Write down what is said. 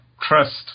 trust